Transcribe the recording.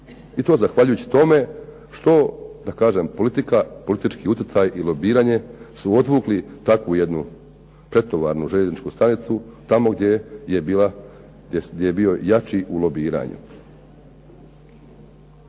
I to zahvaljujući tome što, da kažem, politika, politički utjecaj i lobiranje su odvukli takvu jednu pretovarnu željezničku stanicu tamo gdje je bio jači u lobiranju.